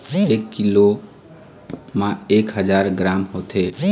एक कीलो म एक हजार ग्राम होथे